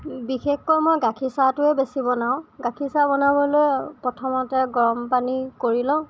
বিশেষকৈ মই গাখীৰ চাহটোৱে বেছি বনাওঁ গাখীৰ চাহ বনাবলৈ প্ৰথমতে গৰম পানী কৰি লওঁ